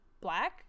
black